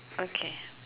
okay